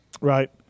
Right